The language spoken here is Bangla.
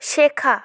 শেখা